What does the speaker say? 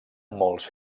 molts